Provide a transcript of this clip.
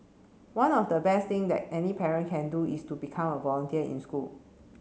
one of the best thing that any parent can do is to become a volunteer in school